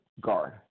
guard